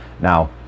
Now